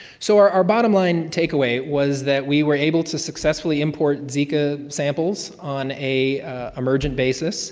so our our bottom line takeaway was that we were able to successfully import zika samples on a emergent basis